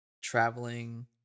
traveling